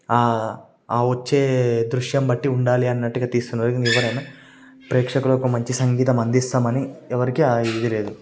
ఆ వచ్చే దృశ్యం బట్టి ఉండాలి అన్నట్టుగా తీస్తున్నారు కాని ఎవరైనా ప్రేక్షకులకు ఒక మంచి సంగీతం అందిస్తామని ఎవ్వరికి ఆ ఇది లేదు